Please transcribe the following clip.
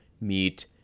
meat